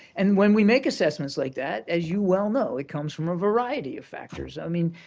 and when we make assessments like that, as you well know, it comes from a variety of factors. i mean,